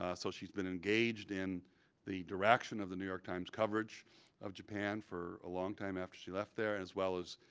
ah so she's been engaged in the direction of the new york times' coverage of japan for a long time after she left there. as well as,